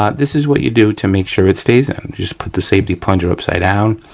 um this is what you do to make sure it stays in. just put the safety plunger upside down,